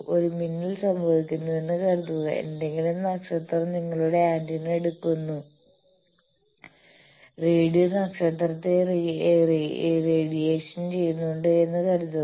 ഒരു മിന്നൽ സംഭവിക്കുന്നുവെന്ന് കരുതുക ഏതെങ്കിലും നക്ഷത്രം നിങ്ങളുടെ ആന്റിന എടുക്കുന്ന റേഡിയോ നക്ഷത്രത്തെ റേഡിറ്റിങ് ചെയുന്നുണ്ട് എന്ന് കരുതുക